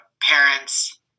parents